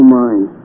mind